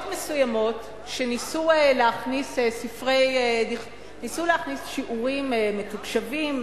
מסוימות ניסו להכניס שיעורים מתוקשבים,